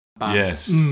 Yes